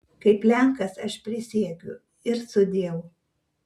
kaip lenkas aš prisiekiu ir sudieu